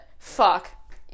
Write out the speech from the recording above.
Fuck